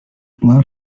pla